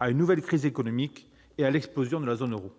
à une nouvelle crise économique et à l'explosion de la zone euro.